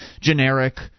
generic